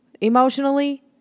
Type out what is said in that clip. emotionally